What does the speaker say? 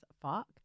fuck